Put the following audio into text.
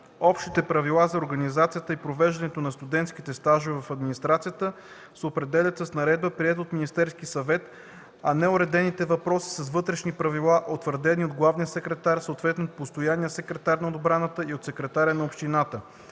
Общите правила за организацията и провеждането на студентските стажове в администрацията се определят с наредба, приета от Министерския съвет, а неуредените въпроси – с вътрешни правила, утвърдени от главния секретар, съответно от постоянния секретар на отбраната и от секретаря на общината,